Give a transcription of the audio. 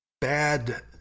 bad